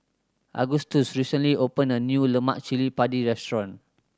Agustus recently opened a new lemak cili padi restaurant